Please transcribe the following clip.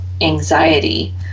anxiety